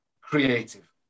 creative